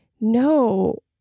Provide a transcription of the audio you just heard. no